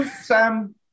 Sam